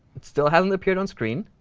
it still hasn't appeared on screen.